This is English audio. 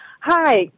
hi